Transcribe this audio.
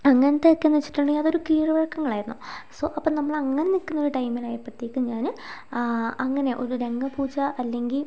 അങ്ങനത്തെയൊക്കെയെന്നു വച്ചിട്ടുണ്ടെങ്കിൽ അത് ഒരു കീഴ്വഴക്കങ്ങൾ ആയിരുന്നു സൊ അപ്പോൾ നമ്മൾ അങ്ങനെ നിൽക്കുന്ന ഒരു ടൈമിലായപ്പോഴത്തേക്കും ഞാൻ അങ്ങനെ ഒരു രംഗപൂജ അല്ലെങ്കിൽ